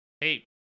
hey